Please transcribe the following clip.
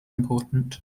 important